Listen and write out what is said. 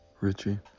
Richie